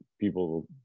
people